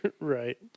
Right